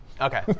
Okay